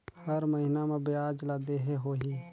हर महीना मा ब्याज ला देहे होही?